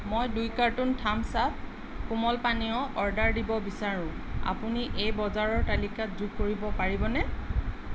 মই দুই carton Thums Up কোমল পানীয় অৰ্ডাৰ দিব বিচাৰো আপুনি এই বজাৰৰ তালিকাত যোগ কৰিব পাৰিবনে